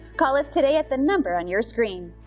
call us today at the number on your screen.